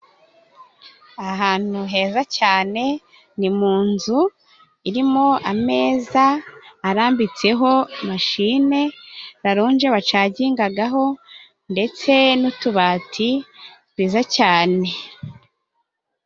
Ahantu heza cyane ni mu nzu, irimo ameza arambitseho mashine, laronge bacagingagaho, ndetse n'utubati twiza cyane.